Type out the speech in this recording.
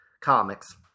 comics